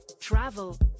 travel